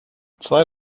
zwei